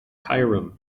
cairum